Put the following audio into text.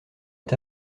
est